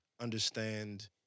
understand